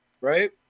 right